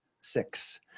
six